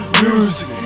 music